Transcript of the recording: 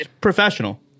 Professional